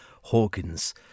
Hawkins